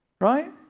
right